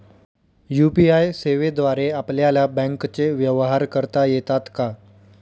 UPI सेवेद्वारे आपल्याला बँकचे व्यवहार करता येतात का?